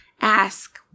ask